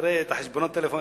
תראה את חשבונות הטלפון,